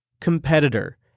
Competitor